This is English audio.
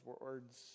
words